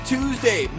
Tuesday